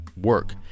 work